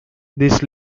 this